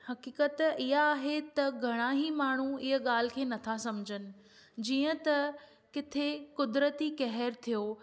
हक़ीक़त इहा आहे त घणा ई माण्हू इहा ॻाल्हि खे नथा सम्झनि जीअं त किथे क़ुदरती कहर थियो